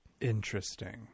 Interesting